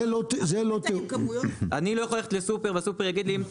אני לא יכול ללכת לסופר והסופר יגיד לי,